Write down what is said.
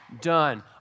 done